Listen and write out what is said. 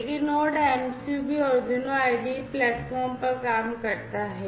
लेकिन node MCU भी Arduino IDE platform पर काम करता है